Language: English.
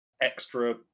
extra